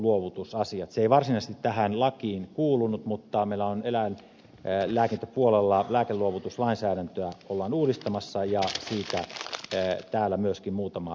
se ei varsinaisesti tähän lakiin kuulunut mutta meillä eläinlääkintäpuolella lääkeluovutuslainsäädäntöä ollaan uudistamassa ja siitä myöskin täällä muutama sana on